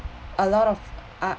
a lot of uh